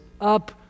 up